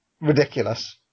Ridiculous